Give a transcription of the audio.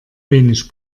wenig